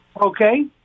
Okay